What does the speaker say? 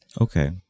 Okay